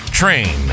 Train